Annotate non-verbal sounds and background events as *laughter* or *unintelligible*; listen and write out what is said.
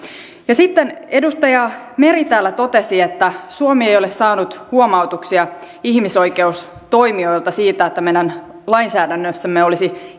ja sitten edustaja meri täällä totesi että suomi ei ole saanut huomautuksia ihmisoikeustoimijoilta siitä että meidän lainsäädännössämme olisi *unintelligible*